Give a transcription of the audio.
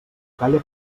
calla